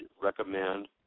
recommend